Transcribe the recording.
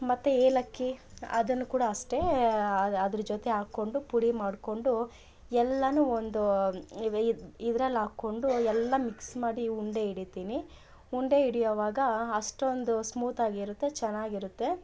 ಮತ್ತು ಏಲಕ್ಕಿ ಅದನ್ನು ಕೂಡ ಅಷ್ಟೆ ಅದ್ರ ಜೊತೆ ಹಾಕೊಂಡು ಪುಡಿ ಮಾಡಿಕೊಂಡು ಎಲ್ಲಾ ಒಂದು ಇದ್ರಲ್ಲಿ ಹಾಕ್ಕೊಂಡು ಎಲ್ಲ ಮಿಕ್ಸ್ ಮಾಡಿ ಉಂಡೆ ಹಿಡಿತೀನಿ ಉಂಡೆ ಹಿಡಿಯೊವಾಗ ಅಷ್ಟೊಂದು ಸ್ಮೂತಾಗಿರುತ್ತೆ ಚೆನ್ನಾಗಿರುತ್ತೆ